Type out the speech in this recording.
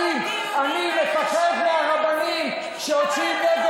מטרת שר החינוך הזה לומר ששוברים,